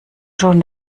schon